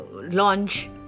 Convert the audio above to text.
launch